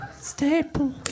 staple